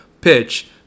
Pitch